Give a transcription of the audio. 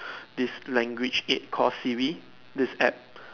this language aid called Siri this app